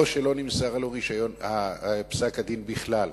או שלא נמסר לו פסק-הדין בכלל.